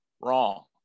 wrong